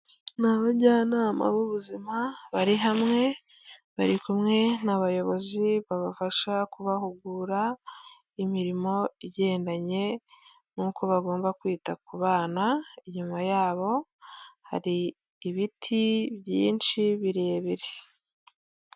Ni abajyanama b'ubuzima bari hamwe, bari kumwe n'abayobozi babafasha kubahugura imirimo igendanye n'uko bagomba kwita ku bana, inyuma yabo hari ibiti byinshi birebire.